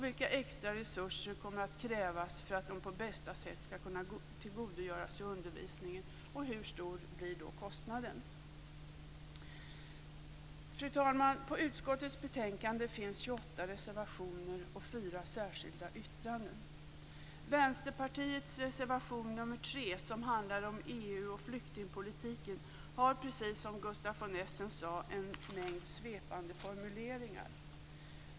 Vilka extra resurser kommer att krävas för att de på bästa sätt skall kunna tillgodogöra sig undervisningen, och hur stor blir kostnaden? Fru talman! Till utskottets betänkande finns 28 reservationer och fyra särskilda yttranden. Vänsterpartiets reservation nr 3, som handlar om EU och flyktingpolitiken, har precis som Gustaf von Essen sade en mängd svepande formuleringar.